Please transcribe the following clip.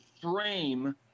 frame